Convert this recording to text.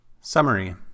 Summary